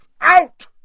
Out